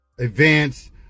events